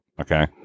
Okay